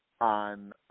on